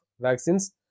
vaccines